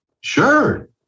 Sure